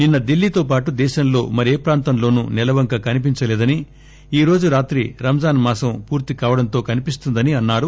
నిన్స ఢిల్లీతో పాటు దేశంలో మరే ప్రాంతంలోనూ నెలవంక కనిపించలేదని ఈ రోజు రాత్రి రంజాన్ మాసం పూర్తి కావడంతో కనిపిస్తుందని అన్నా రు